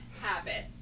habit